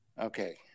Okay